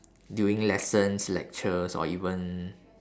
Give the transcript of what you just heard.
during lessons lectures or even